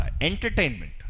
entertainment